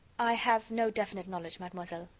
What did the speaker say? i have no definite knowledge, mademoiselle,